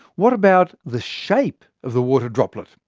what about the shape of the water droplet?